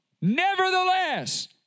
nevertheless